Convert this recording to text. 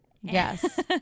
Yes